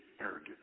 arrogant